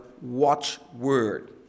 watchword